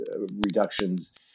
reductions